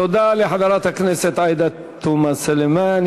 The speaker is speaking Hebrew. תודה לחברת הכנסת עאידה תומא סלימאן.